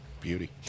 Beauty